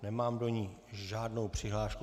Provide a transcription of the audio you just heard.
Nemám do ní žádnou přihlášku.